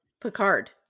Picard